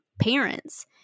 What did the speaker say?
parents